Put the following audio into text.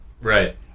right